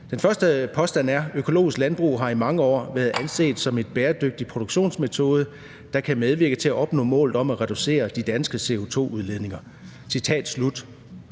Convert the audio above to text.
Den første påstand er: »Økologisk landbrug har i mange år været anset som en bæredygtig produktionsmetode, der kan medvirke til at opnå målet om at reducere de danske CO2-udledninger.«